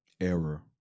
Error